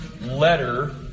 letter